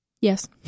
yes